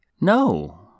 No